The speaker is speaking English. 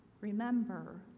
Remember